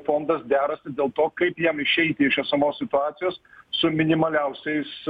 fondas derasi dėl to kaip jam išeiti iš esamos situacijos su minimaliausiais